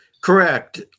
Correct